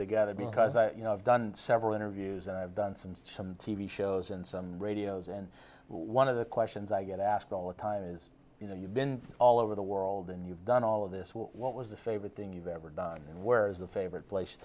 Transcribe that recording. be because i you know i've done several interviews and i've done some some t v shows and some radios and one of the questions i get asked all the time is you know you've been all over the world and you've done all of this what was the favorite thing you've ever done and where is the favorite place